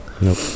Nope